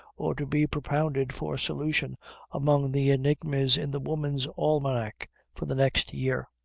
or to be propounded for solution among the enigmas in the woman's almanac for the next year.